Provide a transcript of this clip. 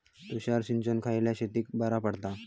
तुषार सिंचन खयल्या शेतीक बरा पडता?